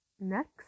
Next